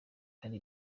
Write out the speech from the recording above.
hari